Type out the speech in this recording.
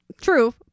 true